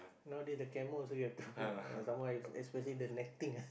nowadays the camo also you have to put ah some more es~ especially the netting